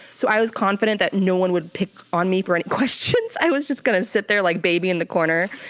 so i was confident that no one would pick on me for any questions. i was just gonna sit there like baby in the corner,